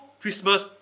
Christmas